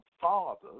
fathers